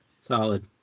Solid